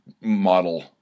model